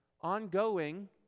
ongoing